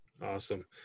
Awesome